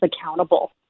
accountable